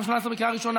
אנחנו